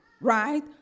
right